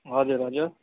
हजुर हजुर